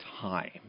time